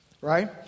right